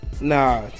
Nah